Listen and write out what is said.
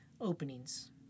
openings